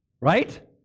Right